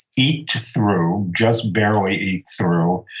eked through, just barely eked through,